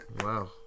Wow